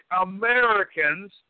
Americans